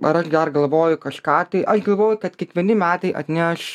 ar aš dar galvoju kažką tai aš galvoju kad kiekvieni metai atneš